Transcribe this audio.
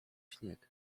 śnieg